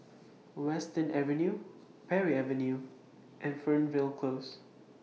Western Avenue Parry Avenue and Fernvale Close